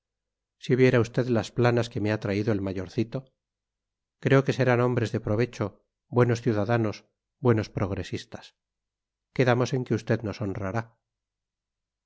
si viera usted las planas que me ha traído el mayorcito creo que serán hombres de provecho buenos ciudadanos buenos progresistas quedamos en que usted nos honrará